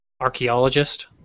archaeologist